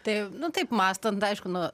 taip nu taip mąstant aišku nuo